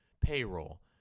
payroll